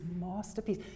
masterpiece